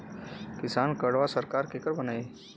किसान कार्डवा सरकार केकर बनाई?